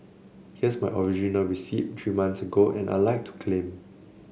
here's my original receipt three months ago and I'd like to claim